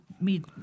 meet